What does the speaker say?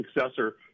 successor